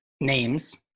Names